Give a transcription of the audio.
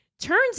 Turns